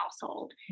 household